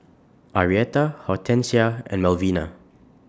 Arietta Hortensia and Melvina